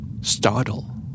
Startle